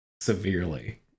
severely